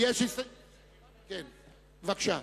אני מבקש להסיר,